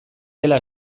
dela